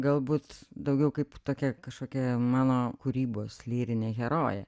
galbūt daugiau kaip tokia kažkokia mano kūrybos lyrinė herojė